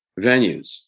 venues